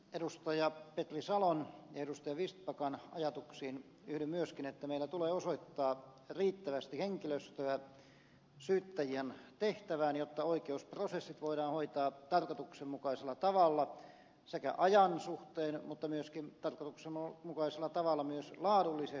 edustajien petri salo ja vistbacka ajatuksiin yhdyn myöskin että meillä tulee osoittaa riittävästi henkilöstöä syyttäjien tehtävään jotta oikeusprosessit voidaan hoitaa tarkoituksenmukaisella tavalla ajan suhteen mutta tarkoituksenmukaisella tavalla myös laadullisesti